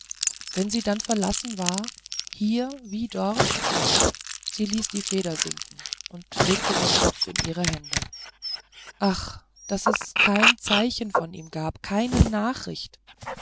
wenn sie dann verlassen war hier wie dort sie ließ die feder sinken und legte den kopf in ihre hände ach daß es kein zeichen von ihm gab keine nachricht